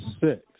six